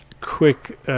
quick